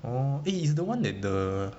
orh eh is the one that the